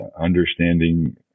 understanding